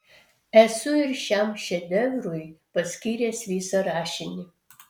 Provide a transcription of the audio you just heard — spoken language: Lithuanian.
esu ir šiam šedevrui paskyręs visą rašinį